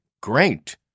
great